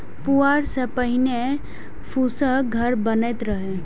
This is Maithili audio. पुआर सं पहिने फूसक घर बनैत रहै